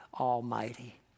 Almighty